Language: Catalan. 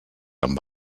amb